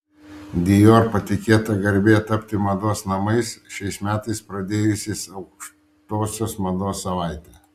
dior patikėta garbė tapti mados namais šiais metais pradėjusiais aukštosios mados savaitę